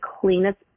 cleanest